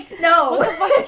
no